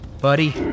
Buddy